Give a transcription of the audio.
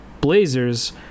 Blazers